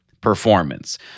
performance